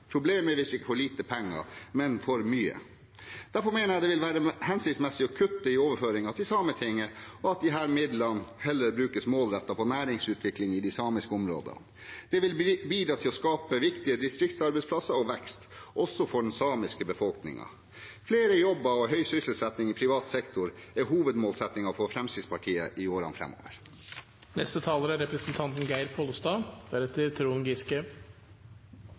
Problemet er visst ikke for lite penger, men for mye. Derfor mener jeg det vil være hensiktsmessig å kutte i overføringer til Sametinget, og at disse midlene heller brukes målrettet på næringsutvikling i de samiske områdene. Det vil bidra til å skape viktige distriktsarbeidsplasser og vekst – også for den samiske befolkningen. Flere jobber og høy sysselsetting i privat sektor er hovedmålsettingen for Fremskrittspartiet i årene framover. Reiselivsnæringa i Noreg er